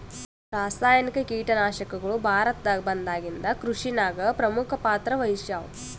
ರಾಸಾಯನಿಕ ಕೀಟನಾಶಕಗಳು ಭಾರತದಾಗ ಬಂದಾಗಿಂದ ಕೃಷಿನಾಗ ಪ್ರಮುಖ ಪಾತ್ರ ವಹಿಸ್ಯಾವ